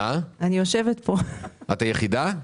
את היחידה?